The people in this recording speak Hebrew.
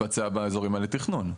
יתבצע באזורים האלה תכנון.